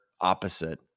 opposite